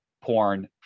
porn